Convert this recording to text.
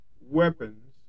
weapons